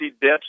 debts